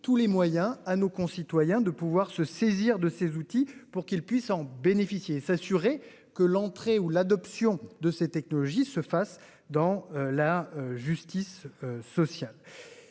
tous les moyens à nos concitoyens de se saisir de ces outils, afin qu'ils puissent en bénéficier. Nous devons nous assurer que l'adoption de ces technologies se fasse dans la justice sociale.